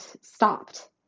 stopped